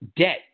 debt